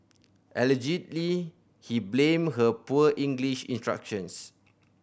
allegedly he blamed her poor English instructions